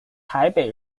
台北